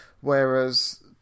whereas